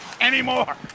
anymore